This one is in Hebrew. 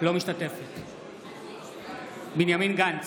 אינה משתתפת בהצבעה בנימין גנץ,